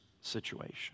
situation